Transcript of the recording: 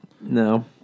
No